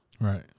Right